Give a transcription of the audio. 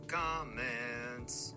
comments